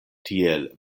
tiel